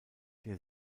der